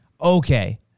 okay